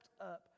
up